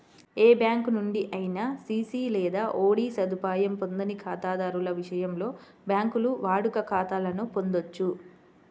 ఏ bank నుండి అయినా CC లేదా ఓడి సదుపాయం పొందని ఖాతాదారుల విషయంలో, బ్యాంకులు వాడుక ఖాతాలను పొందొచ్చు